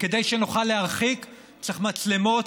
כדי שנוכל להרחיק צריך מצלמות,